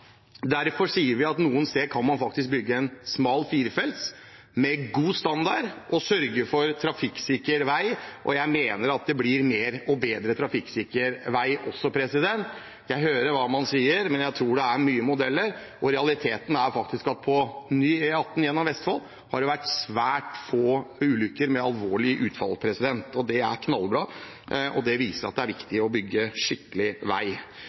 Derfor sier vi at noen steder kan man faktisk bygge en smal firefeltsvei med god standard og sørge for trafikksikker vei. Jeg mener at det blir mer og bedre trafikksikker vei også. Jeg hører hva man sier, men jeg tror det er mye modeller, og realiteten er at på ny E18 gjennom Vestfold har det vært svært få ulykker med alvorlig utfall. Det er knallbra, og det viser at det er viktig å bygge skikkelig vei.